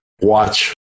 watch